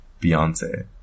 Beyonce